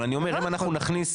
אבל אני אומר אם אנחנו נכניס,